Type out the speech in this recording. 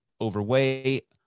Overweight